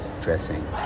dressing